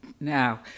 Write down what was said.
Now